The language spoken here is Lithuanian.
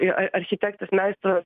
ir architektas meistras